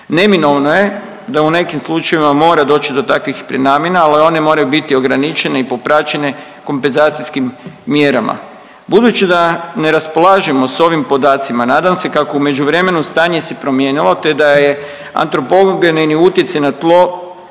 Neminovno je da u nekim slučajevima mora doći do takvih prenamjena ali one moraju biti ograničeni i popraćeni kompenzacijskim mjerama. Budući da ne raspolažemo s ovim podacima nadam se da kako u međuvremenu stanje se promijenilo, te da je antropologeni utjecaj na tlo,